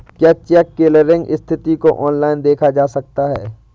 क्या cheque clearing स्थिति को ऑनलाइन देखा जा सकता है?